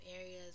areas